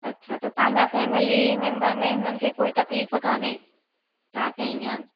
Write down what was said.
अच्छा त तव्हांजा फेमेली मेंबर में हुननि खे कोई तकलीफ़ कोन्हे तव्हांखे हीअ